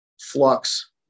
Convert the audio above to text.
Flux